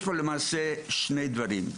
יש פה למעשה שני דברים.